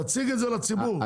תציג את זה לציבור,